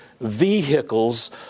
vehicles